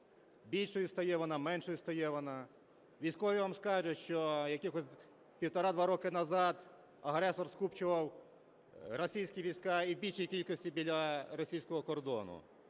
більшою стає вона, меншою стає вона. Військові вам скажуть, що якихось півтора-два роки назад агресор скупчував російські війська і в більшій кількості біля українсько-російського кордону,